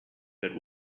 but